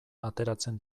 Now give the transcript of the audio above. ateratzen